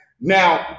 Now